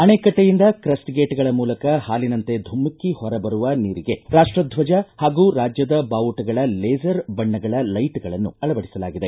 ಅಣೆಕಟ್ಟೆಯಿಂದ ಕ್ರಸ್ಟ್ಗೇಟ್ಗಳ ಮೂಲಕ ಹಾಲಿನಂತೆ ಧುಮಿಕ್ಷಿ ಹೊರಬರುವ ನೀರಿಗೆ ರಾಷ್ಟ ಧ್ವಜ ಹಾಗೂ ರಾಜ್ಯದ ಬಾವುಟಗಳ ಲೇಸರ್ ಬಣ್ಣಗಳ ಲೈಟ್ಗಳನ್ನು ಅಳವಡಿಸಲಾಗಿದೆ